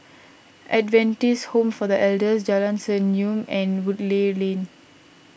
Adventist Home for the Elders Jalan Senyum and Woodleigh Lane